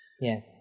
Yes